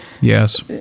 Yes